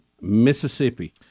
Mississippi